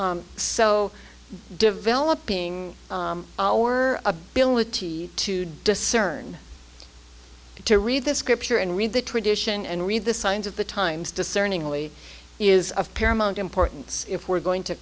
so developing our ability to discern to read this scripture and read the tradition and read the signs of the times discerning really is of paramount importance if we're going to